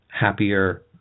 happier